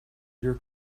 your